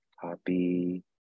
copy